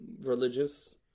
religious